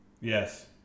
Yes